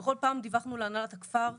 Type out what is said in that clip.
וכל פעם דיווחנו להנהלת הכפר שיפתחו,